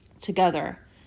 together